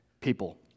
people